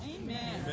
Amen